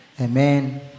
Amen